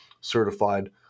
certified